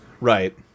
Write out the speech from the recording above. Right